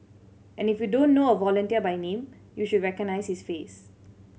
and if you don't know a volunteer by name you should recognise his face